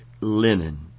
linen